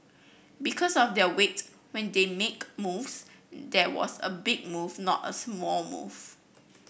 because of their weight when they make moves there was a big move not a small move